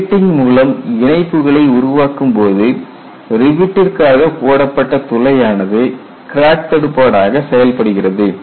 riveting மூலம் இணைப்புகளை உருவாக்கும்போது ரிவிட்டிற்காக போடப்பட்ட துளையானது கிராக் தடுப்பானாக செயல்படுகிறது